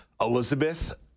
Elizabeth